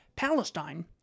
Palestine